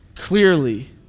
clearly